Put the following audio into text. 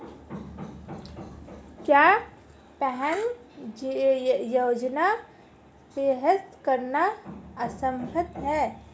क्या पेंशन योजना प्राप्त करना संभव है?